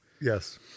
Yes